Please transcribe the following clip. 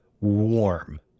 warm